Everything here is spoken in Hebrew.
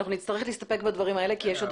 אנחנו נצטרך להסתפק בדברים האלה כי יש עוד